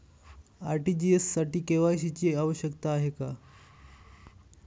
RTGS साठी KYC ची आवश्यकता आहे का?